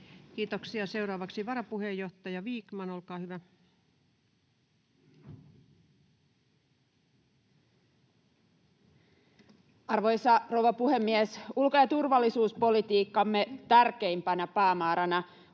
Kiitoksia. — Seuraavaksi varapuheenjohtaja Vikman, olkaa hyvä. Arvoisa rouva puhemies! Ulko- ja turvallisuuspolitiikkamme tärkeimpänä päämääränä on